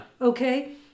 okay